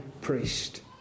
priest